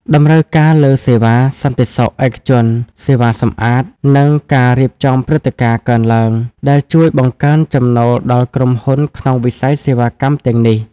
តម្រូវការលើសេវាសន្តិសុខឯកជន សេវាសម្អាត និងការរៀបចំព្រឹត្តិការណ៍កើនឡើង ដែលជួយបង្កើនចំណូលដល់ក្រុមហ៊ុនក្នុងវិស័យសេវាកម្មទាំងនេះ។